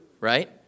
right